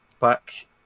back